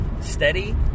steady